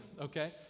okay